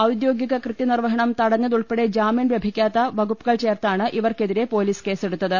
ഔദ്യോഗിക കൃത്യനിർവഹണം തടഞ്ഞ തുൾപ്പെടെ ജാമ്യം ലഭിക്കാത്ത വകുപ്പുകൾ ചേർത്താണ് ഇവർക്കെ തിരെ പൊലീസ് കേസെടുത്തത്